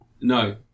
No